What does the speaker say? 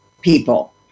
people